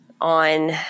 on